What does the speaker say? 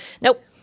nope